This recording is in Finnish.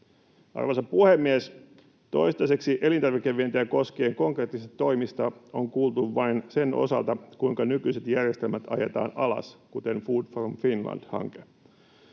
Arvoisa puhemies! Toistaiseksi elintarvikevientiä koskien konkreettisista toimista on kuultu vain sen osalta, kuinka nykyiset järjestelmät ajetaan alas, kuten Food from Finland ‑hanke.